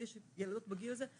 לי יש ילדות בגיל הזה,